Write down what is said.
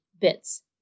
bits